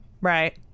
Right